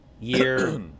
year